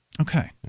Okay